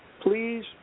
please